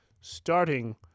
starting